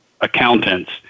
accountants